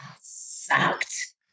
sucked